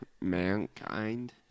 Mankind